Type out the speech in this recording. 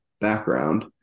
background